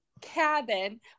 cabin